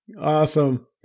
Awesome